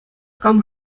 кам